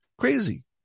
crazy